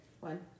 One